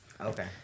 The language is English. Okay